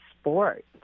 sport